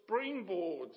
springboards